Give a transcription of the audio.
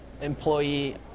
employee